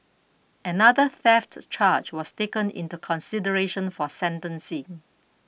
another theft charge was taken into consideration for sentencing